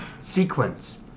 sequence